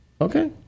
Okay